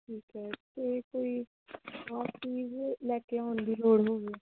ਠੀਕ ਹੈ ਅਤੇ ਕੋਈ ਖਾਸ ਚੀਜ਼ ਲੈ ਕੇ ਆਉਣ ਦੀ ਲੋੜ ਹੋਵੇ